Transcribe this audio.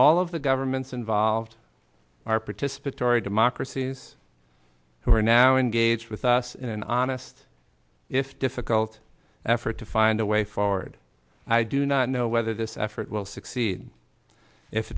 all of the governments involved are participatory democracy s who are now engaged with us in an honest if difficult effort to find a way forward i do not know whether this effort will succeed if